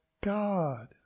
God